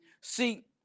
See